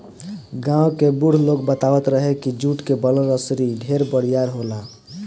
गांव के बुढ़ लोग बतावत रहे की जुट के बनल रसरी ढेर बरियार होला